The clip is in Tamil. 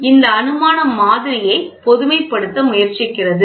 எனவே இந்த அனுமானம் மாதிரியை பொதுமைப்படுத்த முயற்சிக்கிறது